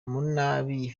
rwango